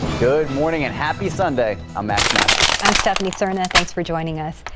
good morning and happy sunday, i'm max massey and stephanie serna thanks for joining us.